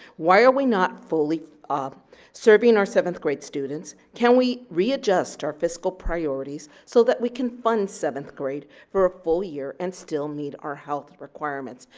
why are we not fully ah serving our seventh grade students? can we readjust our fiscal priorities, so that we can fund seventh grade for a full year and still meet our health requirements,